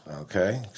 Okay